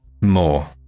more